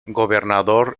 gobernador